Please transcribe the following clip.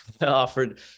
offered